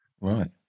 Right